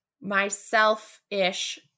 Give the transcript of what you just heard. myself-ish